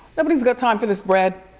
nobody's got time for this bread.